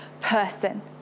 person